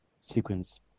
sequence